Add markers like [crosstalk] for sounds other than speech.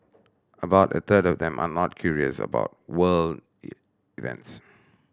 about a third of them are not curious about world [unintelligible] events